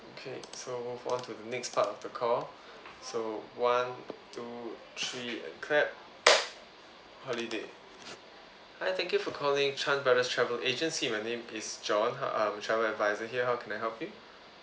okay so fall to the next part of the call so one two three and clap holiday hi thank you for calling chan brothers travel agency my name is john I'm travel advisor here how can I help you